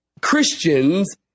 Christians